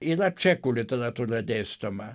yra čekų literatūra dėstoma